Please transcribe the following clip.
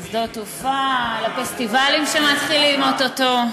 על שדות-התעופה ועל הפסטיבלים שמתחילים או-טו-טו.